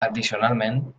addicionalment